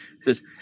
says